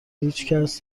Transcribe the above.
هیچکس